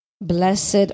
Blessed